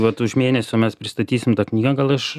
vat už mėnesio mes pristatysim tą knygą gali iš